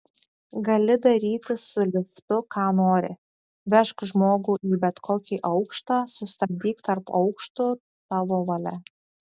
gali daryti su liftu ką nori vežk žmogų į bet kokį aukštą sustabdyk tarp aukštų tavo valia